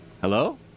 Hello